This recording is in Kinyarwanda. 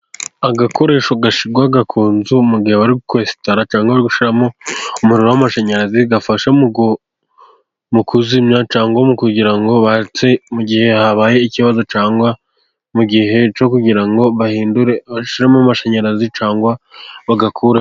Agakoresho gashyirwa ku nzu mu gihe bari kwesitara cyangwa gushyiramo umuriro w'amashanyarazi, gafasha mu kuzimya cyangwa mu kugira ngo batse, mu gihe habaye ikibazo cyangwa mu gihe cyo kugira ngo bahindure, bashyiremo amashanyarazi cyangwa bagakuremo.